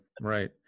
Right